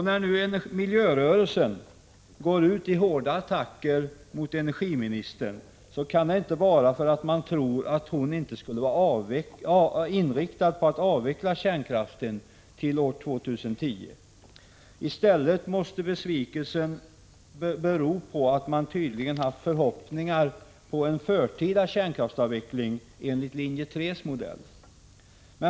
När nu miljörörelsen går ut i hårda attacker mot energiministern, kan det inte vara därför att man tror att energiministern inte skulle vara inriktad på att avveckla kärnkraften till år 2010. Besvikelsen måste bero på att man tydligen haft förhoppningar om en förtida kärnkraftsavveckling enligt linje 3:s modell.